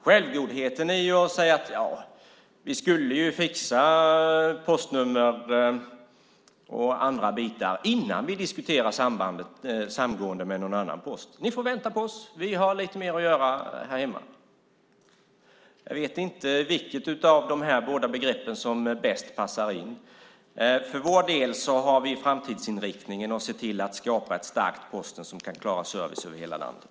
Självgodhet ligger i att säga att vi ju skulle fixa postnummer och andra bitar innan vi diskuterar samgående med någon annan post. Ni får vänta på oss. Vi har lite mer att göra här hemma. Jag vet inte vilket av de här båda begreppen som bäst passar in. För vår del har vi framtidsinriktningen att se till att skapa ett starkt Posten som kan klara service över hela landet.